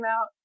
out